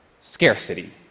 Scarcity